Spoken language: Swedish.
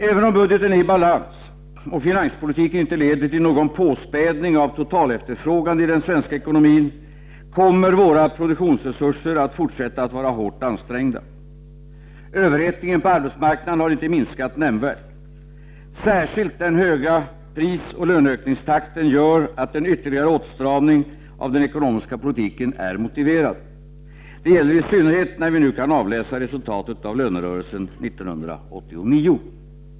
Även om budgeten är i balans och finanspolitiken inte leder till någon påspädning av totalefterfrågan i den svenska ekonomin, kommer våra produktionsresurser att fortsätta att vara hårt ansträngda. Överhettningen på arbetsmarknaden har inte minskat nämnvärt. Särskilt den höga prisoch löneökningstakten gör att en ytterligare åtstramning av den ekonomiska politiken är motiverad. Det gäller i synnerhet när vi nu kan avläsa resultatet av lönerörelsen 1989.